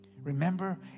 Remember